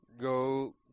go